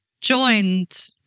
joined